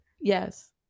yes